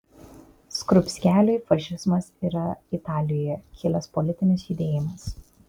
skrupskeliui fašizmas yra italijoje kilęs politinis judėjimas